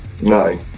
no